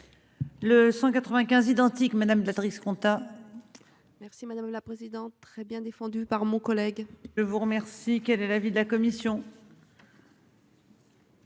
identique madame de la Drees compta merci madame la présidente, très bien défendu par mon collègue, je vous remercie, quel est l'avis de la commission.